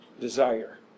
desire